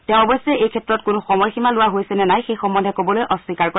তেওঁ অৱশ্যে এই ক্ষেত্ৰত কোনো সময়সীমা লোৱা হৈছে নে নাই সেই সম্বন্ধে ক'বলৈ অস্বীকাৰ কৰে